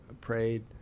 Prayed